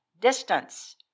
distance